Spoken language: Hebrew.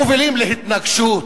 מובילים להתנגשות,